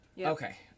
Okay